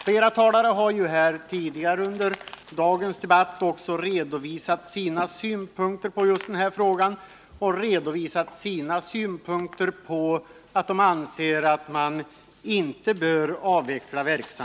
Flera talare har tidigare under dagens debatt redovisat sina synpunkter på den här frågan och framfört som sin åsikt att verksamheten där inte bör avvecklas.